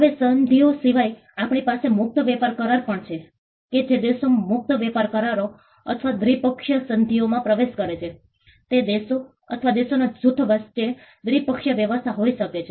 હવે સંધિઓ સિવાય આપણી પાસે મુક્ત વેપાર કરાર પણ છે કે જે દેશો મુક્ત વેપાર કરારો અથવા દ્વિપક્ષીય સંધિઓમાં પ્રવેશ કરે છે તે દેશો અથવા દેશોના જૂથ વચ્ચે દ્વિપક્ષીય વ્યવસ્થા હોઈ શકે છે